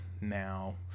Now